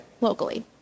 locally